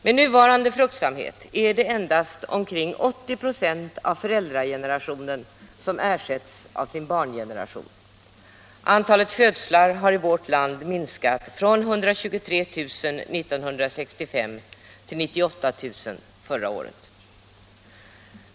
Med nuvarande fruktsamhet är det endast omkring 80 26 av föräldragenerationen som ersätts av sin barngeneration. Antalet födslar har i vårt land minskat från 123000 år 1965 till 98 000 förra året.